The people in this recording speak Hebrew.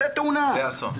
ה אסון.